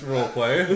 roleplay